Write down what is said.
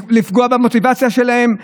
לפגוע במוטיבציה שלהן,